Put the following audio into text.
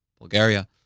Bulgaria